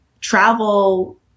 travel